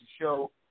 show